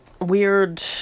weird